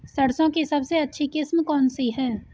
सरसों की सबसे अच्छी किस्म कौन सी है?